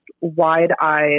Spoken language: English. wide-eyed